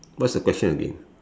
what's the question again